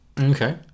Okay